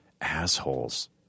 assholes